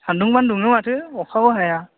सान्दुंबान दुङो माथो अखाबो हाया